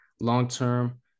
long-term